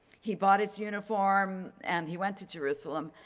he bought his uniform and he went to jerusalem.